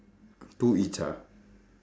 two each ah